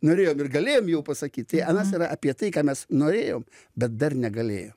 norėjom ir galėjom jau pasakyt tai anas yra apie tai ką mes norėjom bet dar negalėjom